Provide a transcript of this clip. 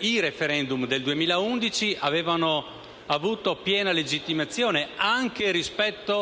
i *referendum* del 2011 avevano avuto piena legittimazione anche rispetto